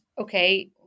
okay